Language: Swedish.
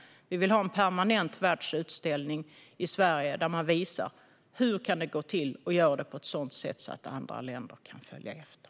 Vi vill ha en permanent världsutställning i Sverige där man visar hur detta kan gå till och där man gör det på ett sätt som gör att andra länder kan följa efter.